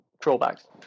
drawbacks